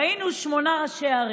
ראינו שמונה ראשי ערים.